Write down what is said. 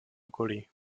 okolí